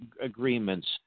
agreements